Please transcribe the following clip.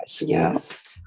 Yes